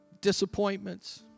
disappointments